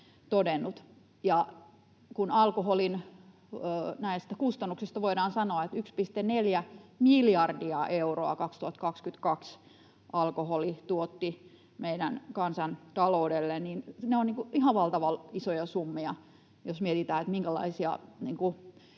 kun alkoholin kustannuksista voidaan sanoa, että 1,4 miljardia euroa vuonna 2022 alkoholi tuotti meidän kansantaloudelle, niin ne ovat ihan valtavan isoja summia, jos mietitään, minkälaisessa